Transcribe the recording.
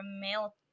male